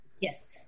Yes